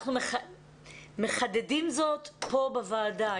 אנחנו מחדדים זאת פה בוועדה.